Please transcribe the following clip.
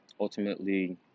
ultimately